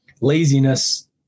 laziness